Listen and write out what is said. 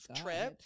trip